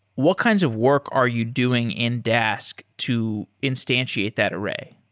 what kinds of work are you doing in dask to instantiate that array?